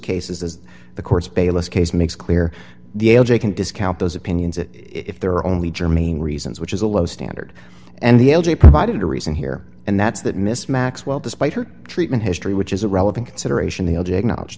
cases as the course bayless case makes clear the a j can discount those opinions that if there are only germany reasons which is a low standard and the l g provided a reason here and that's that miss maxwell despite her treatment history which is a relevant consideration the old acknowledge